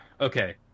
okay